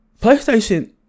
PlayStation